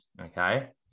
okay